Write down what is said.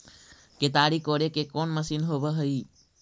केताड़ी कोड़े के कोन मशीन होब हइ?